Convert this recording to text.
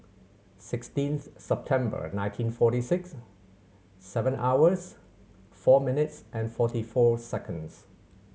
sixteen September nineteen forty six seven hours four minutes and forty four seconds